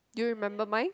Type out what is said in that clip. do you remember mine